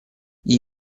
gli